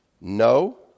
no